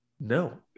No